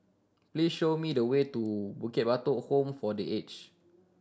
please show me the way to Bukit Batok Home for The Aged